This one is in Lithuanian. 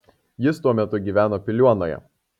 jis tuo metu gyveno piliuonoje